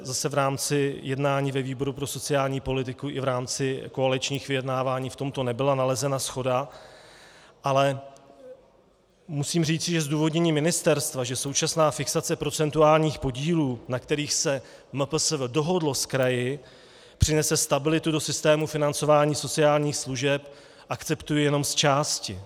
Zase v rámci jednání ve výboru pro sociální politiku i v rámci koaličních vyjednávání v tomto nebyla nalezena shoda, ale musím říci, že zdůvodnění ministerstva, že současná fixace procentuálních podílů, na kterých se MPSV dohodlo s kraji, přinese stabilitu do systému financování sociálních služeb, akceptuji jenom zčásti.